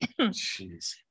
Jeez